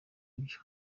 ibyo